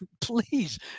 please